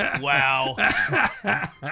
Wow